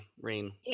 rain